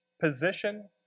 position